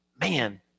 man